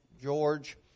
George